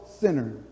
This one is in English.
sinner